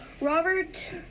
Robert